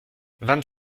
vingt